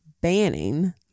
banning